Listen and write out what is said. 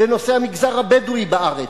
לנושא המגזר הבדואי בארץ,